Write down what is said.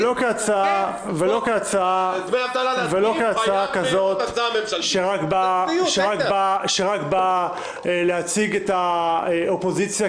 ולא כהצעה כזאת שרק באה להציג את האופוזיציה